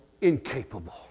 incapable